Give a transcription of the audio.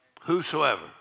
Whosoever